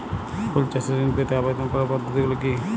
ফুল চাষে ঋণ পেতে আবেদন করার পদ্ধতিগুলি কী?